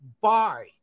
buy